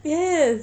yes